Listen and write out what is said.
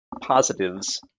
positives